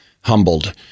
humbled